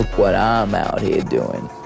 what i'm out here doing.